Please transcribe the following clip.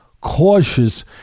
cautious